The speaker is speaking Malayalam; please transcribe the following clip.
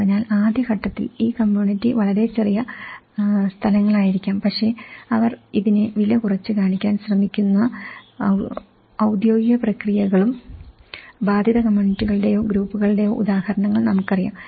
അതിനാൽ ആദ്യ ഘട്ടത്തിൽ ഈ കമ്മ്യൂണിറ്റി വളരെ ചെറിയ സ്ഥലങ്ങളായിരിക്കാം പക്ഷേ അവർ ഇതിനെ വിലകുറച്ച് കാണിക്കാൻ ശ്രമിക്കുന്ന ഔദ്യോഗിക പ്രക്രിയകളും ബാധിത കമ്മ്യൂണിറ്റികളുടെയോ ഗ്രൂപ്പുകളുടെയോ ഉദാഹരണങ്ങൾ നമുക്കറിയാം